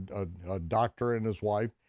a doctor and his wife,